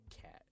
cat